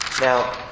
Now